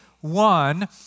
one